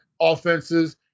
offenses